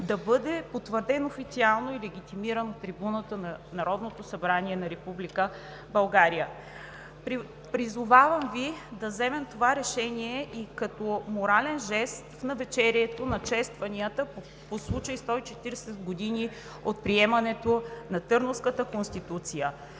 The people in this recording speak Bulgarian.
да бъде потвърден официално и легитимиран от трибуната на Народното събрание на Република България. Призовавам Ви да вземем това решение и като морален жест в навечерието на честванията по случай 140 години от приемането на Търновската конституция